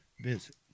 visit